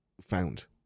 found